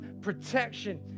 protection